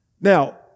Now